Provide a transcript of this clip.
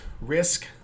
risk